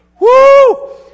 Woo